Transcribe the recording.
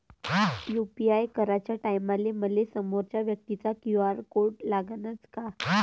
UPI कराच्या टायमाले मले समोरच्या व्यक्तीचा क्यू.आर कोड लागनच का?